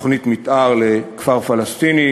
תוכנית מתאר לכפר פלסטיני,